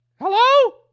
Hello